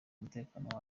umutekano